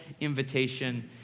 invitation